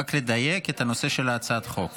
רק לדייק את הנושא של הצעת החוק.